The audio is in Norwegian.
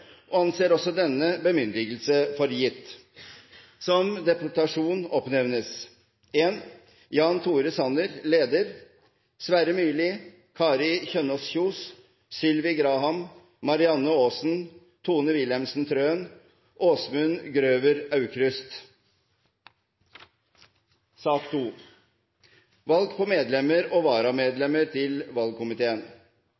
Denne bemyndigelse anses for gitt. Som deputasjon oppnevnes representantene Jan Tore Sanner, leder, Sverre Myrli, Kari Kjønaas Kjos, Sylvi Graham, Marianne Aasen, Tone Wilhelmsen Trøen og Åsmund Grøver Aukrust. Det er omdelt på representantenes plasser i salen en fortegnelse over de foreslåtte medlemmer og